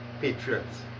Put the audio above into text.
patriots